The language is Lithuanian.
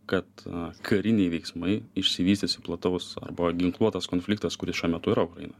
kad kariniai veiksmai išsivystys į plataus arba ginkluotas konfliktas kuris šiuo metu yra ukrainoj